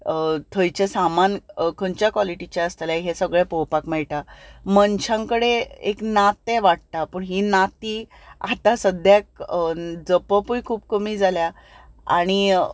थंयचें सामान खंयच्या कॉलिटिचें आसतलें हें सगळें पळोवपाक मेळटा मनशां कडेन एक नातें वाडटा पूण ही नातीं आतां सद्याक जपपूय खूब कमी जाल्यां आनी